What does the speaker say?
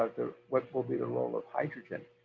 what will be the role of hydrogen?